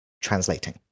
translating